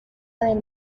del